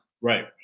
Right